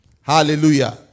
Hallelujah